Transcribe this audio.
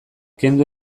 kendu